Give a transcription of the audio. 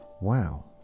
wow